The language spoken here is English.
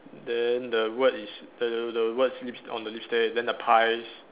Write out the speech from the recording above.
then the word is the the words lips on the lipstick then the pies